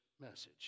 message